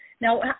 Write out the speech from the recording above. Now